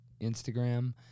Instagram